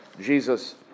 Jesus